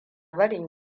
barin